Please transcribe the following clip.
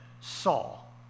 Saul